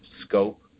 scope